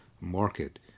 market